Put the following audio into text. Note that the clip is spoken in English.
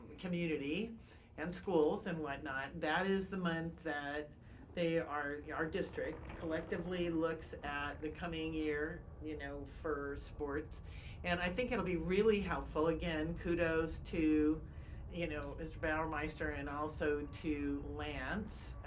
community and schools and whatnot, that is the month that they are, yeah our district collectively looks at the coming year, you know, for sports and i think it'll be really helpful. again, kudos to you know mr. bauermeister and also to lance,